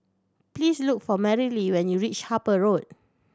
please look for Merrilee when you reach Harper Road